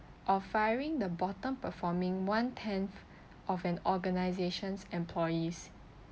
of firing the bottom performing one tenth of an organisation's employees